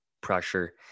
pressure